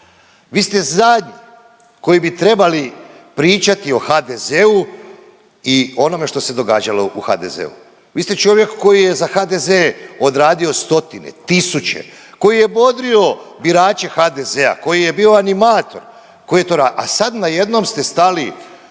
vi ste zadnji koji bi trebali pričati o HDZ-u i onome što se događalo u HDZ-u. Vi ste čovjek koji je za HDZ odradio stotine, tisuće, koji je bodrio birače HDZ-a, koji je bio animator koji je to radio,